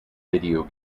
video